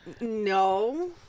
No